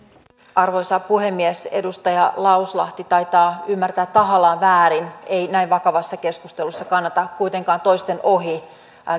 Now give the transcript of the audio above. arvoisa puhemies edustaja lauslahti taitaa ymmärtää tahallaan väärin ei näin vakavassa keskustelussa kannata kuitenkaan toisten ohi